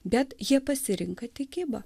bet jie pasirenka tikybą